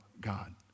God